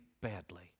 badly